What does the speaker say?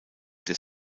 des